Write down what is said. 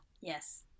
Yes